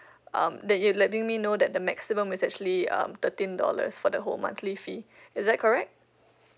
um that you letting me know that the maximum is actually um thirteen dollars for the whole monthly fee is that correct